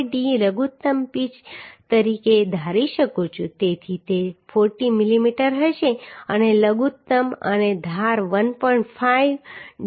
5d લઘુત્તમ pitch તરીકે ધારી શકું છું તેથી તે 40 મીમી હશે અને લઘુત્તમ અને ધાર 1